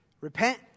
repent